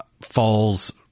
falls